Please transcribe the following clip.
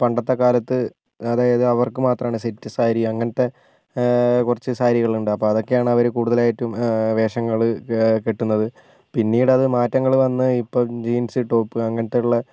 പണ്ടത്തെ കാലത്ത് അതായത് അവർക്ക് മാത്രമാണ് സെറ്റ് സാരി അങ്ങൻത്തെ കുറച്ചു സാരികൾ ഉണ്ട് അപ്പോൾ അതൊക്കെയാണ് അവർ കൂടുതലായിട്ടും വേഷങ്ങൾ കെട്ടുന്നത് പിന്നീടത് മാറ്റങ്ങൾ വന്ന് ഇപ്പോൾ ജീൻസ് ടോപ് അങ്ങനത്തെയുള്ള